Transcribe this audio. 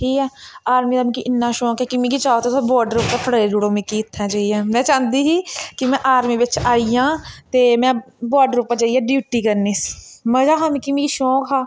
ठीक ऐ आर्मी दा मिकी इ'न्ना शौक ऐ कि मिकी चाहें तुस बार्डर उप्पर खडेरुड़ो मिकी उत्थै जाइयै में चांह्दी ही कि में आर्मी बिच्च आई जां ते में बार्डर उप्पर जाइयै ड्युटी करनी मजा हा मिकी मिगी शौक हा